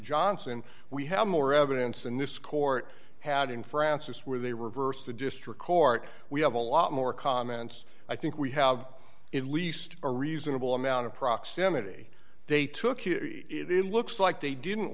johnson we have more evidence in this court had in frances where they reversed the district court we have a lot more comments i think we have at least a reasonable amount of proximity they took it looks like they didn't